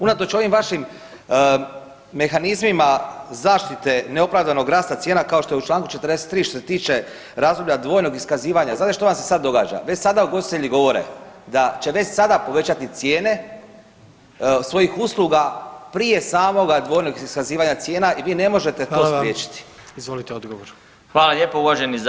Unatoč ovim vašim mehanizmima zaštite neopravdanog rasta cijene kao što je u Članku 43. što se tiče razdoblja dvojnog iskazivanja znate što vam se sada događa, već sada ugostitelji govore da će već sada povećati cijene svojih usluga prije samog dvojnog iskazivanja cijena i vi ne možete [[Upadica: Hvala vam.]] to spriječiti.